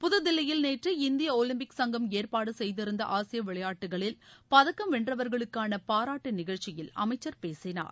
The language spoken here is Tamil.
புதுதில்லியில் நேற்று இந்திய ஒலிம்பிக் சங்கம் ஏற்பாடு செய்திருந்த ஆசிய விளையாட்டுக்களில் பதக்கம் வென்றவர்களுக்கான பாராட்டு நிகழ்ச்சியில் அமைச்சர் பேசினார்